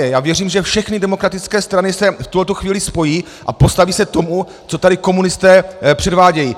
Já věřím, že všechny demokratické strany se v tuhle chvíli spojí a postaví se tomu, co tady komunisté předvádějí!